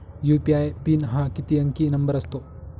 UPI PIN हा किती अंकी नंबर असतो?